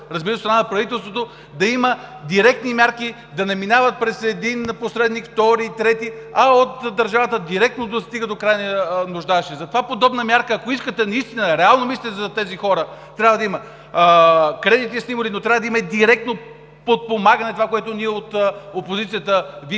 разбира се, от страна на правителството, да има директни мерки, да не минават през един посредник, втори, трети, а от държавата директно да достига до крайно нуждаещия се. Затова подобна мярка, ако искате наистина реално мислене, за тези хора трябва да има. Кредити сте имали, но трябва да има директно подпомагане – това, което ние от опозицията Ви